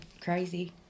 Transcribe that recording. crazy